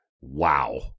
wow